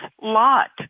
lot